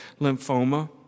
lymphoma